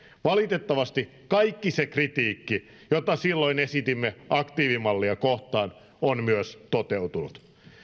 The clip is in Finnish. valitettavasti kaikki se kritiikki jota silloin esitimme aktiivimallia kohtaan on myös toteutunut